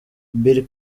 bill